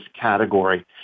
category